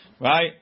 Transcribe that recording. Right